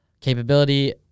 capability